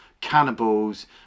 cannibals